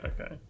Okay